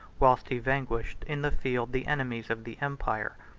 whilst he vanquished in the field the enemies of the empire.